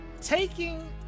taking